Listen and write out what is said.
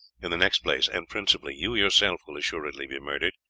in the next place, and principally, you yourself will assuredly be murdered.